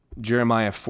Jeremiah